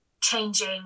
changing